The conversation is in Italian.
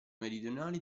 meridionali